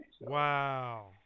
Wow